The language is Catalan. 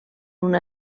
una